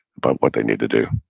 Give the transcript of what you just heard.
but what they need to do,